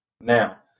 now